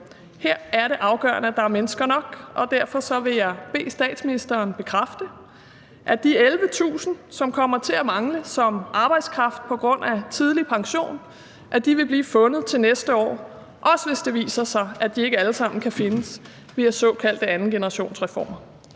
Her er det afgørende, at der er mennesker nok, og derfor vil jeg bede statsministeren bekræfte, at de 11.000, som kommer til at mangle som arbejdskraft på grund af tidlig pension, vil blive fundet til næste år, også hvis det viser sig, at de ikke alle sammen kan findes via såkaldte andengenerationsreformer.